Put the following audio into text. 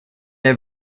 der